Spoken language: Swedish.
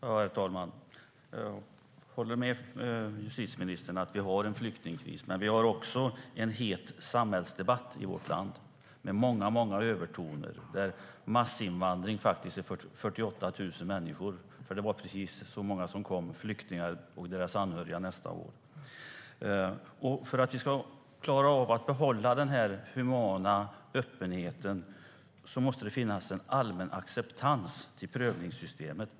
Herr talman! Jag håller med justitieministern om att vi har en flyktingkris. Men vi har också en het samhällsdebatt i vårt land, med många övertoner och där massinvandring faktiskt handlar om 48 000 människor. Det var precis så många flyktingar och anhöriga som kom förra året. För att vi ska klara av att behålla den humana öppenheten måste det finnas en allmän acceptans för prövningssystemet.